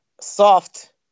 soft